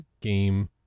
game